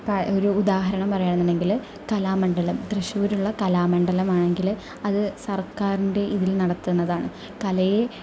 ഒരു ഉദാഹരണം പറയുകയാണെങ്കില് കലാമണ്ഡലം തൃശ്ശൂരുള്ള കലാമണ്ഡലം ആണെങ്കില് അത് സർക്കാരിൻ്റെ ഇതിൽ നടത്തുന്നതാണ് കലയെ